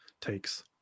takes